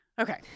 Okay